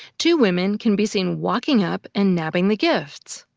two women can be seen walking up and nabbing the gifts.